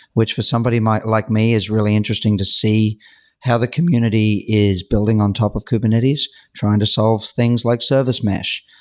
which for somebody like me is really interesting to see how the community is building on top of kubernetes trying to solve things like service mesh,